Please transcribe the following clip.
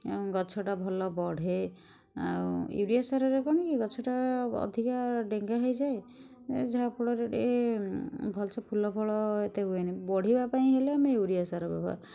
ଆଉ ଗଛଟା ଭଲ ବଢ଼େ ଆଉ ୟୁରିଆ ସାରରେ କଣ କି ଗଛଟା ଅଧିକା ଡେଙ୍ଗା ହୋଇଯାଏ ଯାହା ଫଳରେ ଭଲ ସେ ଫୁଲ ଫଳ ଏତେ ହୁଏନି ବଢ଼ିବା ପାଇଁ ହେଲେ ଆମେ ୟୁରିଆ ସାର ଦେବା